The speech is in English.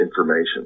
information